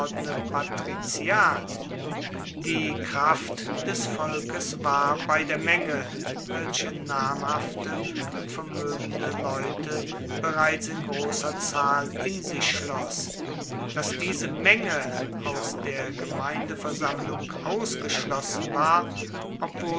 patriziat die kraft des volkes war bei der menge welche namhafte und vermoegende leute bereits in grosser zahl in sich schloss dass diese menge aus der gemeindeversammlung ausgeschlossen war obwohl